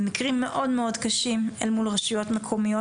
ומקרים מאוד מאוד קשים אל מול רשויות מקומיות